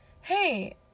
hey